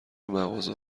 مغازه